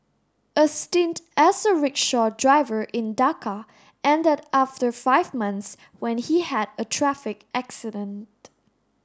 a stint as a rickshaw driver in Dhaka ended after five months when he had a traffic accident